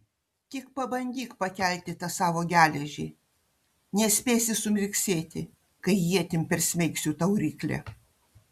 tik pabandyk pakelti tą savo geležį nespėsi sumirksėti kai ietim persmeigsiu tau ryklę